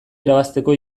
irabazteko